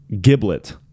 Giblet